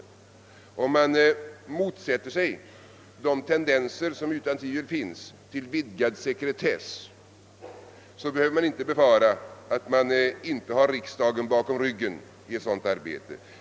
Motsätter man sig de tendenser till en vidgning av sekretessen som utan tvivel finns, behöver man inte befara att man inte har riksdagen bakom ryggen.